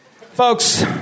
Folks